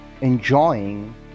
enjoying